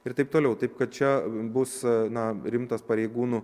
ir taip toliau taip kad čia bus na rimtas pareigūnų